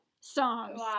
songs